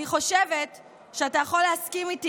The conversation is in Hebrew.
אני חושבת שאתה יכול להסכים איתי